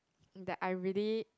that I really